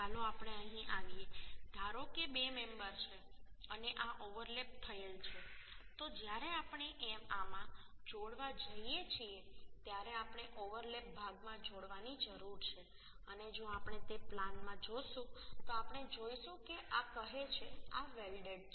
ચાલો આપણે અહીં આવીએ ધારો કે બે મેમ્બર છે અને આ ઓવરલેપ થયેલ છે તો જ્યારે આપણે આમાં જોડવા જઈએ છીએ ત્યારે આપણે ઓવરલેપ ભાગમાં જોડાવાની જરૂર છે અને જો આપણે તે પ્લાનમાં જોશું તો આપણે જોઈશું કે આ કહે છે આ વેલ્ડેડ છે